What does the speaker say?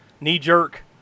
knee-jerk